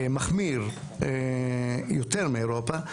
מחמיר יותר מאירופה,